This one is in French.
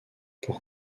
pour